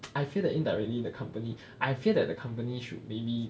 I feel like indirectly the company I feel like the company should maybe